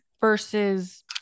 versus